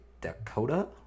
dakota